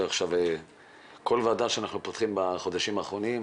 כל ועדה שאנחנו פותחים בחודשים האחרונים,